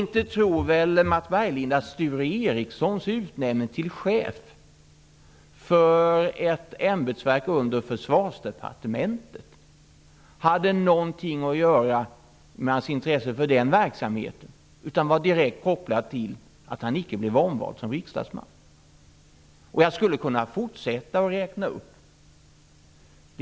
Inte tror väl Mats Berglind att Sture Ericsons utnämning till chef för ett ämbetsverk under Försvarsdepartementet hade någonting att göra med att han är intresserad av den verksamheten? Den var direkt kopplad till att han icke blev omvald som riksdagsman. Jag skulle kunna fortsätta uppräkningen.